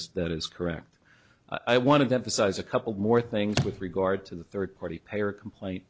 is that is correct i want to emphasize a couple more things with regard to the third party payer complaint